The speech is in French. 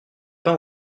pain